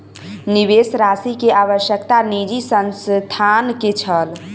निवेश राशि के आवश्यकता निजी संस्थान के छल